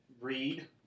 read